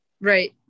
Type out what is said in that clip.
Right